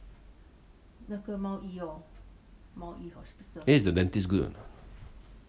eh is the dentist good or not